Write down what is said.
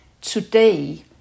today